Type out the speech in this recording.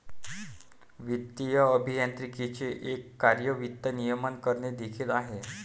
वित्तीय अभियांत्रिकीचे एक कार्य वित्त नियमन करणे देखील आहे